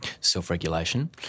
self-regulation